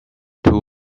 two